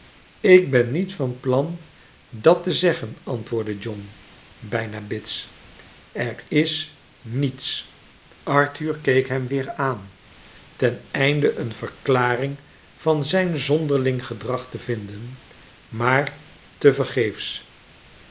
ik ben niet van plan dat te zeggen antwoordde john bijna bits er is niets arthur keek hem weer aan ten einde een verklaring van zijn zonderling gedrag te vinden maar te